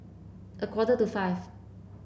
a quarter to five